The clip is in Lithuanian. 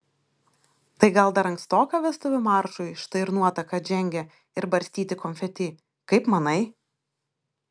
tai gal dar ankstoka vestuvių maršui štai ir nuotaka atžengia ir barstyti konfeti kaip manai